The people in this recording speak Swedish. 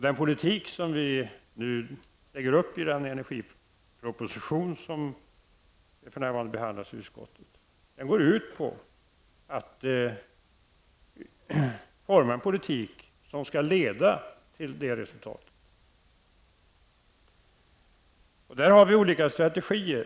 Den politik som vi nu lägger upp i den energiproposition som för närvarande behandlas i utskottet skall leda till det resultatet. Där har vi olika strategier.